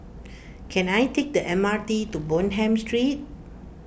can I take the M R T to Bonham Street